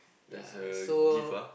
there's a gift ah